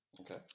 Okay